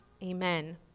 Amen